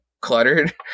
cluttered